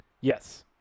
Yes